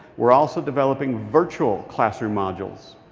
we're also developing virtual classroom modules.